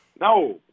No